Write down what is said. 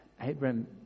Abraham